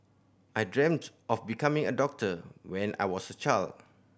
I dreamt of becoming a doctor when I was a child